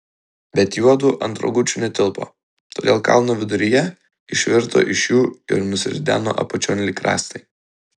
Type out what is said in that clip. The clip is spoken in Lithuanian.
bet juodu ant rogučių netilpo todėl kalno viduryje išvirto iš jų ir nusirideno apačion lyg rąstai